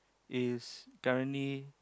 is currently